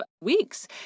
weeks